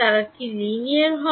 তারা লিনিয়ার হয়